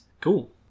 Cool